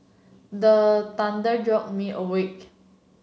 the jolt me awake